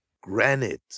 Granite